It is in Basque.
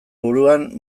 buruan